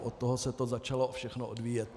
Od toho se to začalo všechno odvíjet.